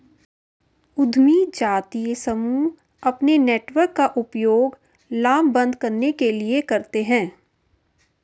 उद्यमी जातीय समूह अपने नेटवर्क का उपयोग लामबंद करने के लिए करते हैं